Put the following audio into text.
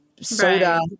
soda